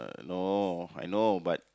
no I know but